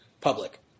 public